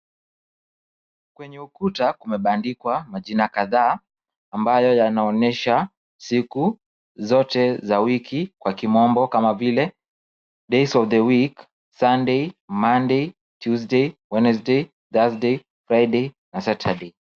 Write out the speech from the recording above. Kwenye ukuta kumebandikwa majina kadhaa ambayo yanaonesha siku zote za wiki kwa kimombo, kama vile "Days of the Week," "Sunday," "Monday," "Tuesday," "Wednesday," "Thursday," "Friday," na "Saturday."